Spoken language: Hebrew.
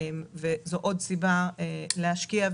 זו עוד סיבה להשקיע.